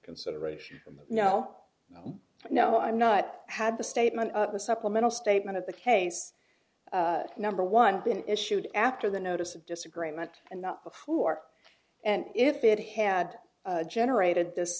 consideration from now no i'm not had the statement the supplemental statement of the case number one been issued after the notice of disagreement and not before and if it had generated this